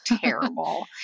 terrible